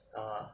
ah